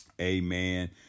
Amen